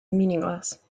meaningless